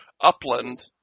Upland